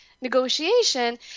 negotiation